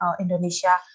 Indonesia